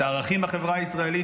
את הערכים בחברה הישראלית,